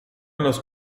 los